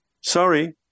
Sorry